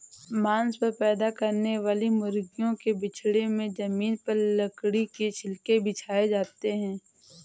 मांस पैदा करने वाली मुर्गियों के पिजड़े में जमीन पर लकड़ी के छिलके बिछाए जाते है